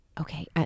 Okay